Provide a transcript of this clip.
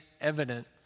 evident